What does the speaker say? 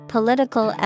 Political